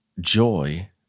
Joy